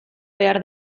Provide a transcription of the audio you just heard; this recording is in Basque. behar